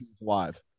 live